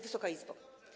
Wysoka Izbo!